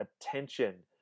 attention